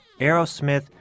Aerosmith